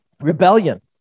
rebellion